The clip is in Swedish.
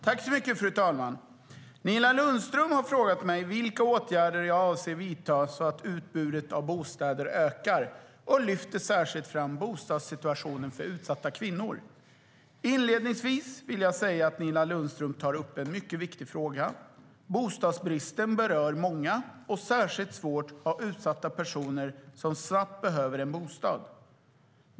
Fru talman! Nina Lundström har frågat mig vilka åtgärder jag avser att vidta så att utbudet av bostäder ökar och lyfter särskilt fram bostadssituationen för utsatta kvinnor. Inledningsvis vill jag säga att Nina Lundström tar upp en mycket viktig fråga. Bostadsbristen berör många, och särskilt svårt är det för utsatta personer som snabbt behöver en bostad.